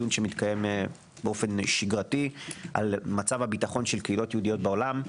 שמתקיים באופן שגרתי על מצב הביטחון של קהילות יהודיות בעולם.